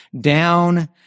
down